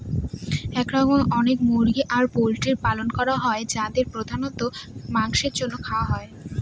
এরকম অনেক মুরগি আর পোল্ট্রির পালন করা হয় যাদেরকে প্রধানত মাংসের জন্য খাওয়া হয়